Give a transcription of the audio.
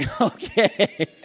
Okay